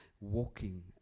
walking